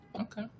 Okay